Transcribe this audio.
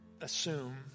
assume